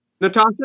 Natasha